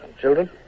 Children